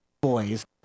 boys